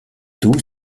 tous